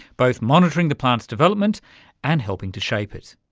both monitoring the plants' development and helping to shape it.